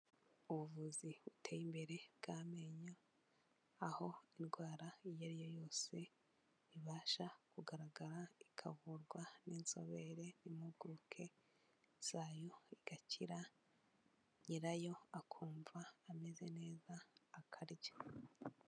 Ubuvuzi buteye imbere bw'amenyo, aho indwara iyo ariyo yose, ibasha kugaragara ikavurwa n'inzobere n'impuguke zayo, igakira nyirayo akumva ameze neza akarya.